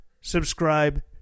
subscribe